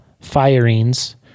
firings